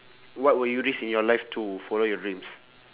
what will you risk in your life to follow your dreams